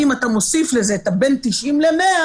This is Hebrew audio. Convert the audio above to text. אם אתה מוסיף לזה בין 90 ל-100,